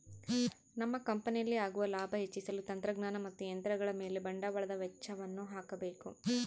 ನಮ್ಮ ಕಂಪನಿಯಲ್ಲಿ ಆಗುವ ಲಾಭ ಹೆಚ್ಚಿಸಲು ತಂತ್ರಜ್ಞಾನ ಮತ್ತು ಯಂತ್ರಗಳ ಮೇಲೆ ಬಂಡವಾಳದ ವೆಚ್ಚಯನ್ನು ಹಾಕಬೇಕು